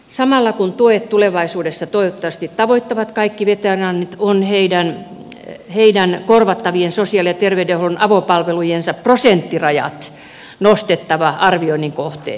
samalla kun tuet tulevaisuudessa toivottavasti tavoittavat kaikki veteraanit on heidän korvattavien sosiaali ja terveydenhuollon avopalvelujensa prosenttirajat nostettava arvioinnin kohteeksi